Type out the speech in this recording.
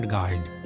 Guide।